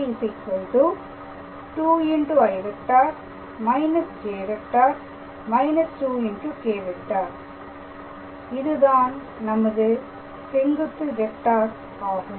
a 2i − j − 2k̂ இதுதான் நமது செங்குத்து வெக்டார் ஆகும்